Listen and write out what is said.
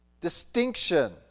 distinction